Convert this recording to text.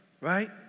right